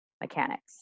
mechanics